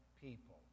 people